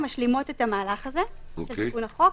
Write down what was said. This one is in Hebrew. משלימות את המהלך הזה של תיקון החוק,